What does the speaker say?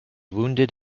wounded